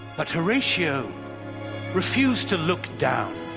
but horatio refused to look down.